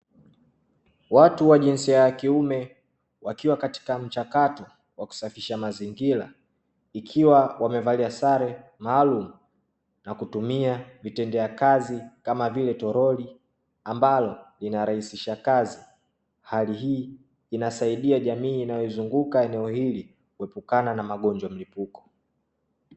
Watu wa jinsia ya kiume wakiwa katika mchakato wa kusafisha mazingira, ikiwa wamevalia sare maalumu na kutumia vitendea kazi kama vile toroli ambalo linarahisisha kazi. Hali hii inasaidia jamii inayoizunguka eneo hili kuepukana na magonjwa mlipuko.